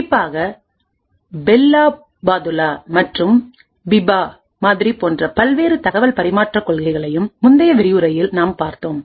குறிப்பாக Bell LaPadula மற்றும் Biba மாதிரி போன்ற பல்வேறு தகவல் பரிமாற்ற கொள்கைகளையும் முந்தைய விரிவுரையில் நாம் பார்த்தோம்